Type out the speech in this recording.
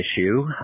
issue